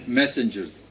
messengers